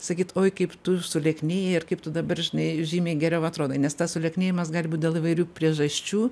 sakyt oi kaip tu sulieknėjai ir kaip tu dabar žinai žymiai geriau atrodai nes tas sulieknėjimas gali būt dėl įvairių priežasčių